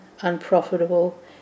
unprofitable